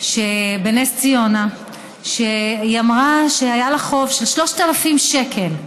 בנס ציונה שאמרה שהיה לה חוב של 3,000 שקל.